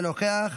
אינו נוכח,